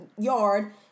yard